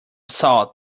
salt